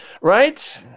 right